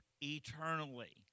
eternally